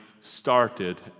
started